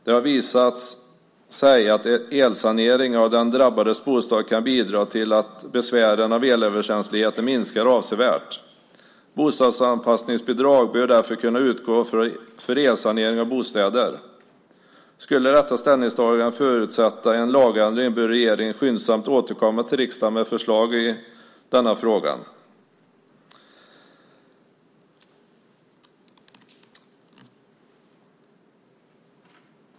Det har visat sig att elsanering av den drabbades bostad kan bidra till att besvären av elöverkänsligheten minskar avsevärt. Bostadsanpassningsbidrag bör därför kunna utgå för elsanering av bostäder. Om detta ställningstagande skulle förutsätta en lagändring bör regeringen skyndsamt återkomma till riksdagen med förslag i denna fråga.